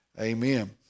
amen